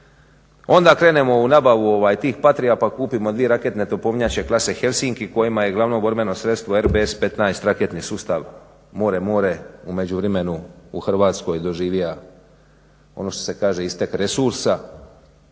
Onda krenemo u nabavu tih Patria pa kupimo dvije raketne topovnjače klase Helsinki kojima je glavno borbeno sredstvo RBS 15 raketni sustav. More, more, u međuvremenu u Hrvatskoj je doživio ono što se kaže istek resursa.